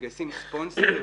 מגייסים ספונסרים.